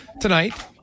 tonight